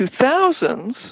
2000s